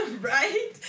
Right